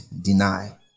deny